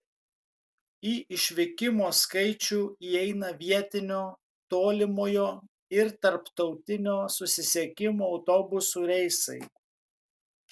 į išvykimo skaičių įeina vietinio tolimojo ir tarptautinio susisiekimų autobusų reisai